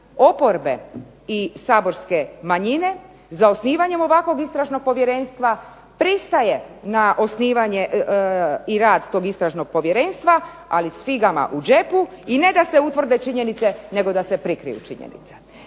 oporbe i saborske manjine za osnivanjem ovakvog Istražnog povjerenstva pristaje na osnivanje i rad tog Istražnog povjerenstva ali s figama u džepu, ali ne da se utvrde činjenice nego da se prikriju činjenice.